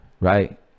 right